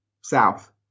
south